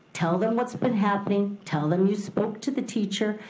tell them what's been happening, tell them you spoke to the teacher,